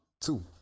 Two